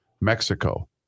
Mexico